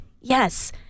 Yes